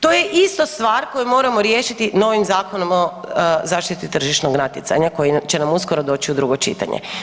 To je isto stvar koju moramo riješiti novim Zakonom o zaštiti tržišnog natjecanja koji će nam uskoro doći u drugo čitanje.